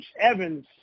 Evans